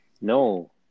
No